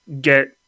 get